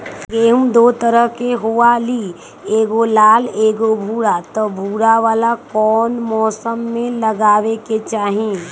गेंहू दो तरह के होअ ली एगो लाल एगो भूरा त भूरा वाला कौन मौसम मे लगाबे के चाहि?